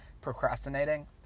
procrastinating